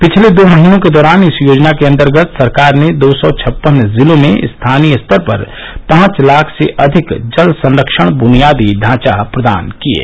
पिछले दो महीनों के दौरान इस योजना के अंतर्गत सरकार ने दो सौ छप्पन जिलों में स्थानीय स्तर पर पांच लाख से अधिक जल संरक्षण बुनियादी ढांचा प्रदान किये